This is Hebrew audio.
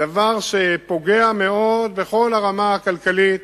דבר שפוגע מאוד בכל הרמה הכלכלית,